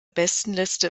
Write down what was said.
bestenliste